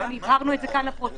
כי הבהרנו את זה כאן לפרוטוקול.